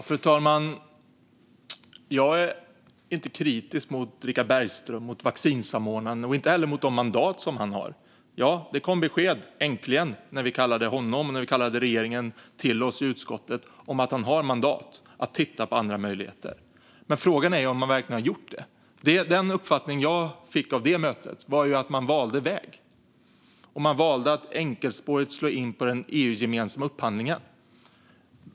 Fru talman! Jag är inte kritisk mot vaccinsamordnaren Richard Bergström och inte heller mot de mandat som han har. Det kom äntligen besked när vi kallade Richard Bergström och regeringen till oss i utskottet om att han har mandat att titta på andra möjligheter. Men frågan är om han verkligen har gjort det. Den uppfattning som jag fick vid det mötet var att man valde väg, och man valde att enkelspårigt slå in på den EU-gemensamma upphandlingen.